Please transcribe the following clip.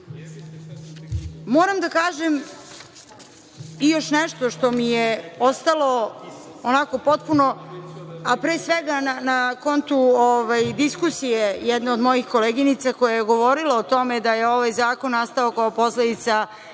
da kažem još nešto što mi je ostalo, onako potpuno, a pre svega na kontu diskusije jedne od mojih koleginica koja je govorila o tome da je ovaj zakon nastao kao posledica